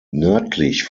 nördlich